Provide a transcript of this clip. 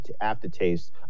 aftertaste